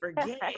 forget